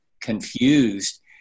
confused